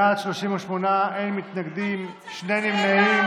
בעד, 38, אין מתנגדים, שני נמנעים.